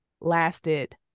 lasted